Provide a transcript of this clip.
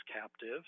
captive